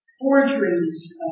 forgeries